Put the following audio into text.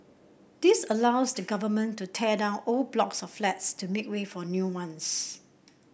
this allows the Government to tear down old blocks of flats to make way for new ones